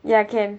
ya can